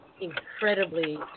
incredibly